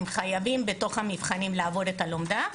הם חייבים בתוך המבחנים לעבור את הלומדה.